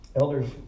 Elders